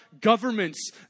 governments